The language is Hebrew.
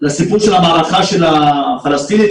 לסיפור של המערכה הפלסטינית.